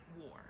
war